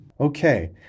Okay